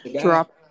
Drop